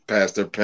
Pastor